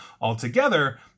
altogether